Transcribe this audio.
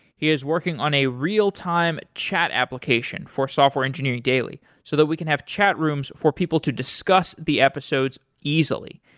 he is working in a real-time chat application for software engineering daily, so that we can have chat rooms for people to discuss the episodes easily.